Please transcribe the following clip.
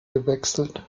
gewechselt